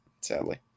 sadly